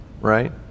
right